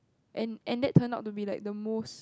and and that turned out to be like the most